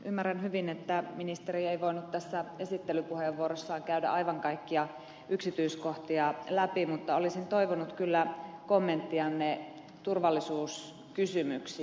ymmärrän hyvin että ministeri ei voinut tässä esittelypuheenvuorossaan käydä aivan kaikkia yksityiskohtia läpi mutta olisin toivonut kyllä kommenttianne turvallisuuskysymyksiin